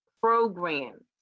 programs